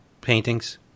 paintings